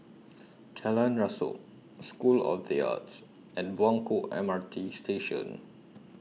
Jalan Rasok School of The Arts and Buangkok M R T Station